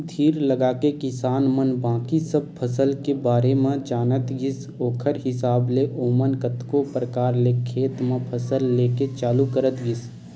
धीर लगाके किसान मन बाकी सब फसल के बारे म जानत गिस ओखर हिसाब ले ओमन कतको परकार ले खेत म फसल लेके चालू करत गिस